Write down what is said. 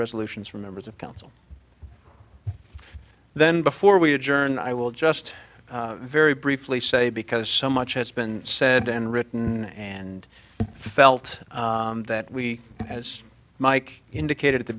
resolutions from members of council then before we adjourn i will just very briefly say because so much has been said and written and felt that we as mike indicated at the